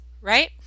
right